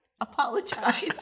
Apologize